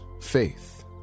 faith